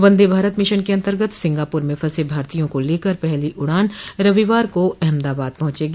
वंदे Bharat mission के अंतर्गत Singapore में फंसे भारतीयों को लेकर पहली उड़ान रविवार को अहमदाबाद पहुंचेगी